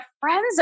friends